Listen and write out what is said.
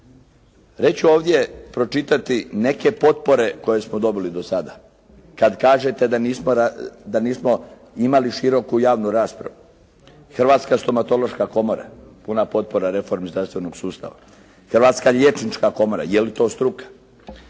ću ovdje pročitati neke potpore koje smo dobili do sada. Kad kažete da nismo imali široku javnu raspravu. Hrvatska stomatološka komora, puna potpora reformi zdravstvenog sustava. Hrvatska liječnička komora, je li to struka.